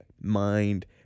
mind